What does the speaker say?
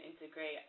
integrate